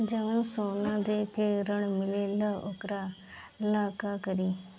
जवन सोना दे के ऋण मिलेला वोकरा ला का करी?